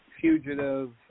fugitive